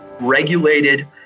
regulated